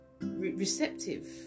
receptive